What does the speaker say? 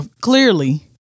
clearly